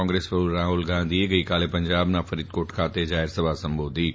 કોંગ્રેસ પ્રમુખ રાફુલ ગાંધીએ ગઈકાલે પંજાબના ફરીદકોટ ખાતે જાહેરસભા સંબોધી હતી